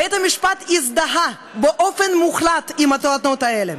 בית-המשפט הזדהה באופן מוחלט עם הטענות האלה